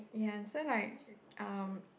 ya so like um